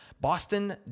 Boston